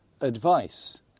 advice